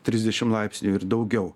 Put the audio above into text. trisdešim laipsnių ir daugiau